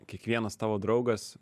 kiekvienas tavo draugas